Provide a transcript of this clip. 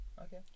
Okay